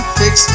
fix